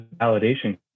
validation